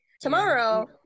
Tomorrow